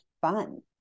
fun